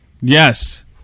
yes